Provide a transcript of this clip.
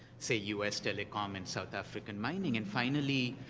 say, us telecom and south african mining. and finally,